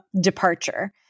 departure